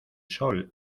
sol